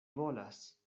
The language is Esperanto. volas